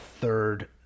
third –